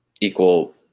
equal